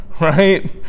right